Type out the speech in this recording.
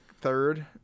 third